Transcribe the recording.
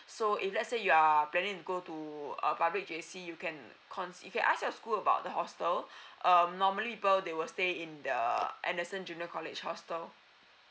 so if let say you are planning to go to uh public J_C you can consi~ you can ask your school about the hostel um normally people they will stay in the anderson junior college hostel